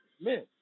men